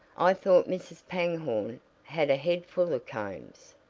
i thought mrs. pangborn had a head full of combs.